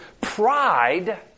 Pride